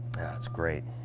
it's great.